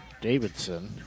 Davidson